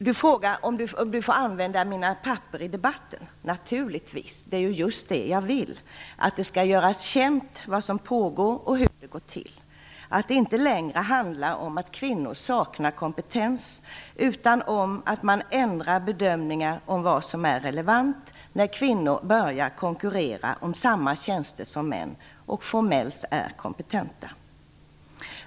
Du frågar om du får använda mina papper i debatten. Naturligtvis. Det är ju just det jag vill - att det skall göras känt vad som pågår och hur det går till, att det inte längre handlar om att kvinnor saknar kompetens utan om att man ändrar bedömningar om vad som är relevant när kvinnor börjar konkurrera om samma tjänster som män och formellt är kompetenta.